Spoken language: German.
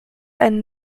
ein